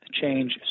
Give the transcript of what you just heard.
change